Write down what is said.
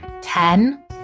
ten